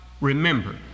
remember